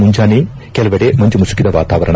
ಮುಂಜಾನೆ ಕೆಲವೆಡೆ ಮಂಜು ಮುಸುಕಿದ ವಾತಾವರಣ